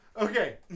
okay